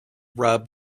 rub